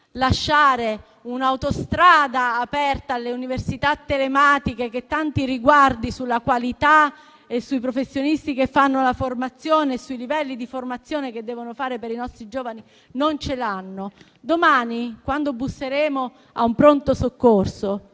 lasciare un'autostrada aperta alle università telematiche, che tanti riguardi sulla qualità e sui professionisti che fanno la formazione e sui livelli di formazione che devono formare per i nostri giovani non ce l'hanno, domani quando busseremo a un pronto soccorso